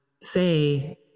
say